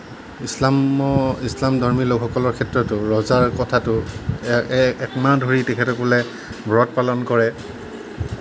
ইছলাম ইছলামধৰ্মী লোকসকলৰ ক্ষেত্ৰতো ৰোজাৰ কথাটো এক মাহ ধৰি তেখেতসকলে ব্ৰত পালন কৰে